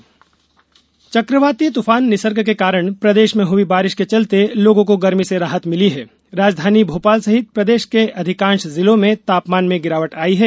मौसम चक्रवाती तूफान निसर्ग के कारण प्रदेश में हई बारिश के चलते लोगों को गर्मी से राहत मिली है राजधानी भोपाल सहित प्रदेश के अधिकांश जिर्लो में तापमान में गिरावट आई है